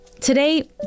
Today